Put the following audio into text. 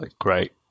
great